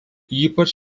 ypač